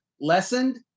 lessened